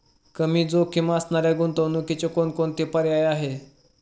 कमी जोखीम असणाऱ्या गुंतवणुकीचे कोणकोणते पर्याय आहे?